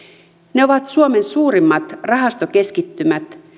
ne ovat suomen suurimmat rahastokeskittymät